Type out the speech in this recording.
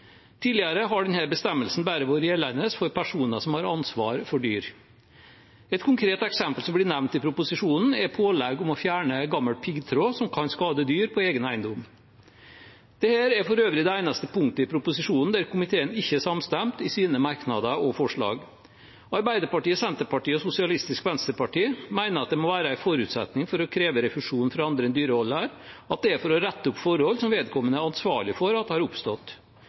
Tidligere har denne bestemmelsen bare vært gjeldende for personer som har ansvar for dyr. Et konkret eksempel som blir nevnt i proposisjonen, er pålegg om å fjerne gammel piggtråd som kan skade dyr på egen eiendom. Dette er for øvrig det eneste punktet i proposisjonen der komiteen ikke er samstemt i sine merknader og forslag. Arbeiderpartiet, Senterpartiet og SV mener at det for å kreve refusjon fra andre enn dyreholdere må være en forutsetning at det er for å rette opp forhold som vedkommende er ansvarlig for at har oppstått.